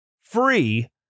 free